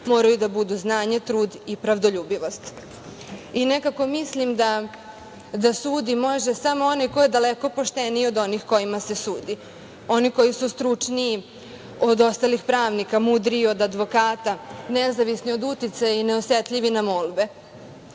moraju da budu znanje, trud i pravdoljubivost. Nekako mislim da sudi može samo onaj ko je daleko pošteniji od onih kojima se sudi, oni koji su stručniji od ostalih pravnika, mudriji od advokata, nezavisni od uticaja i neosetljivi na molbe.